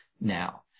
now